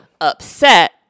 upset